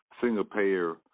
single-payer